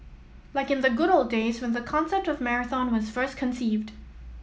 like in the good old days when the concept of marathon was first conceived